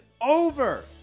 over